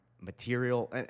material